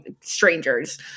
strangers